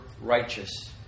righteous